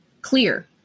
clear